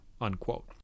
unquote